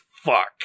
fuck